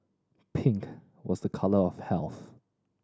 pink was a colour of health